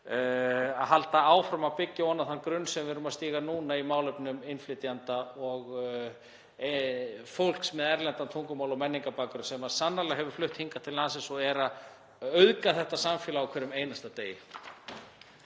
að halda áfram að byggja ofan á þann grunn sem við erum að búa til núna í málefnum innflytjenda og fólks með erlendan tungumála- og menningarbakgrunn, sem sannarlega hefur flutt hingað til landsins og er að auðga þetta samfélag á hverjum einasta degi.